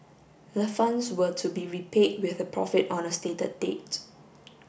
the funds were to be repaid with a profit on a stated date